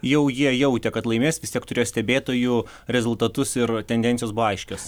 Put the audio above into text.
jau jie jautė kad laimės vis tiek turėjo stebėtojų rezultatus ir tendencijos buvo aiškios